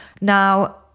now